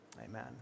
Amen